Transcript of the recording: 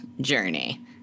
journey